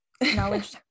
Knowledge